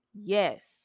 Yes